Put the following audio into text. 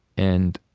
and